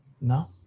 No